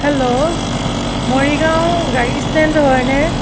hello Morigaon গাড়ী stand হয়নে